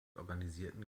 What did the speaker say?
organisierten